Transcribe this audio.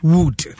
Wood